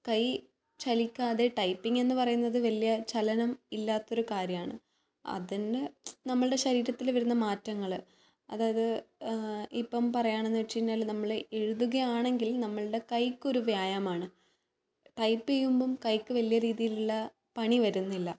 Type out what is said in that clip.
കൈ ചലിക്കാതെ ടൈപ്പിങ്ങ് എന്ന് പറയുന്നത് വലിയ ചലനം ഇല്ലാത്ത ഒരു കാര്യമാണ് അതിന് നമ്മുടെ ശരീരത്തിൽ വരുന്ന മാറ്റങ്ങൾ അതായത് ഇപ്പം പറയുകയാണെന്ന് വെച്ച് കഴിഞ്ഞാൽ നമ്മൾ എഴുതുകയാണെങ്കിൽ നമ്മുടെ കൈയ്ക്ക് ഒരു വ്യായാമം ആണ് ടൈപ്പ് ചെയ്യുമ്പം കൈയ്ക്ക് വലിയ രീതിയിലുള്ള പണി വരുന്നില്ല